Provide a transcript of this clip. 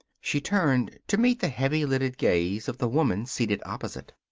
she turned to meet the heavy-lidded gaze of the woman seated opposite.